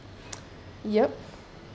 yup